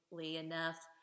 enough